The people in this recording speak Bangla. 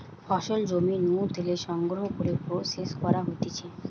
ফসল জমি নু তুলে সংগ্রহ করে প্রসেস করা হতিছে